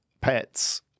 pets